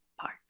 Park